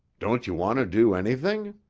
don't you want to do anything?